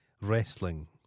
wrestling